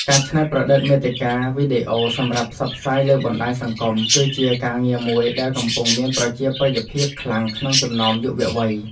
ការច្នៃប្រឌិតមាតិកាវីដេអូសម្រាប់ផ្សព្វផ្សាយលើបណ្តាញសង្គម គឺជាការងារមួយដែលកំពុងមានប្រជាប្រិយភាពខ្លាំងក្នុងចំណោមយុវវ័យ។